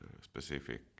specific